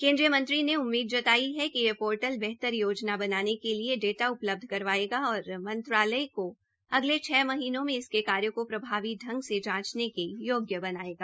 केन्द्रीय मंत्री ने उम्मीद जताई है कि ये पोर्टल् बेहतर योजना बनाने के लिए डाटा उपलब्ध करवायेगा और मंत्रालय को अगले छ महीनों में इसके कार्यो को प्रभावी ढंग से जांचने के योग्य बनायेगा